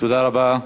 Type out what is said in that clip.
תודה רבה.